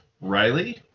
Riley